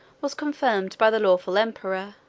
was confirmed by the lawful emperor